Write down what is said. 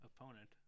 opponent